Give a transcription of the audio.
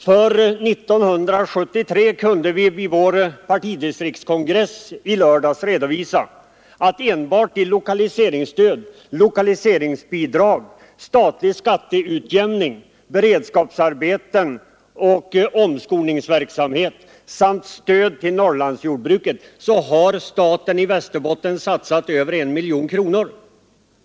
För år 1973 kunde vi vid vår partidistriktskongress i lördags redovisa att staten enbart i lokaliseringsstöd, lokaliseringsbidrag, statlig skatteutjämning, beredskapsarbeten och omskolningsverksamhet samt stöd till Norrlandsjordbruket i Västerbotten har satsat över 1 miljard kronor.